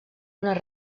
unes